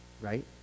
right